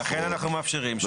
לכן, אנחנו מאפשרים שוב.